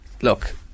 look